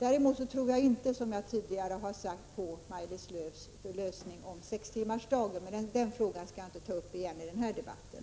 Däremot tror jag inte, som jag tidigare har sagt, på Maj-Lis Lööws lösning av frågan om sex timmars arbetsdag. Men den frågan skall jag inte ta upp i den här debatten.